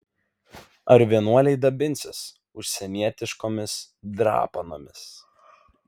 ar vienuoliai dabinsis užsienietiškomis drapanomis